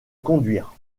conduire